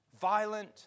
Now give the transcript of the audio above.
Violent